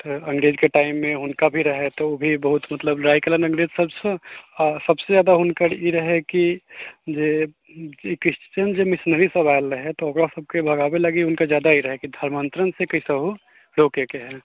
तऽ अङ्गरेज के टाइममे हुनका भी रहै तऽ ओ भी बहुत मतलब लड़ाइ केलनि अङ्गरेज सबसँ आओर सबसँ ज्यादा हुनकर ई रहै कि जे क्रिश्चियन जे मिशनरीज सब आएल रहै तऽ ओकरा सबके भगाबै लागी हुनका ज्यादा ही रहै धर्मान्तरणसँ कइसेहो रोकैके हइ